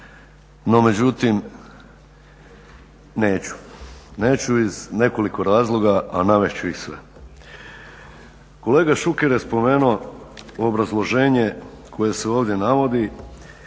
No međutim neću. Neću iz nekoliko razloga, a navest ću ih sve. Kolega Šuker je spomenuo obrazloženje koje se ovdje navodi,